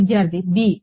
విద్యార్థి b